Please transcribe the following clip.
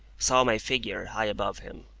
saw my figure high above him.